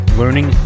learning